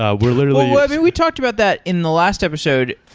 ah we're literally we talked about that in the last episode.